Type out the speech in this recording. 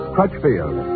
Crutchfield